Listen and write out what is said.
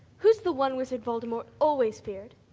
who's the one wizard voldemort always feared?